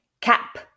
Cap